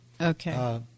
Okay